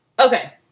Okay